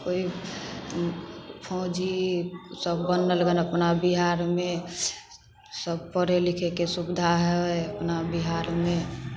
कोइ फौजी सब बनल गन अपना बिहारमे सब पढ़ै लिखैके सुविधा हइ अपना बिहारमे